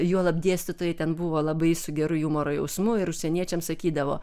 juolab dėstytojai ten buvo labai su geru jumoro jausmu ir užsieniečiams sakydavo